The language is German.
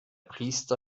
priester